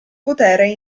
potere